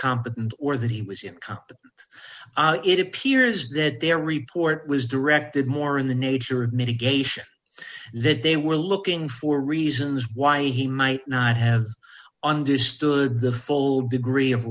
competent or that he was in ca but it appears that their report was directed more in the nature of mitigation that they were looking for reasons why he might not have understood the full degree of